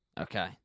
Okay